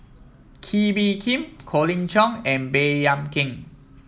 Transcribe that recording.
Kee Bee Khim Colin Cheong and Baey Yam Keng